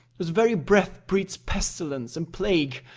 whose very breath breeds pestilence and plague,